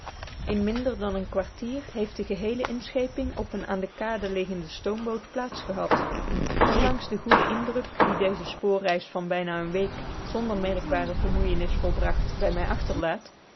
in minder dan een kwartier heeft de geheele inscheping op een aan de kade liggende stoomboot plaats gehad ondanks den goeden indruk dien deze spoorreis van bijna eene week zonder merkbare vermoeienis volbracht bij mij achterlaat